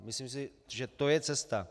Myslím si, že to je cesta.